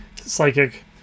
psychic